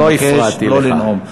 אני מבקש לא לנאום.